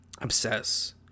obsess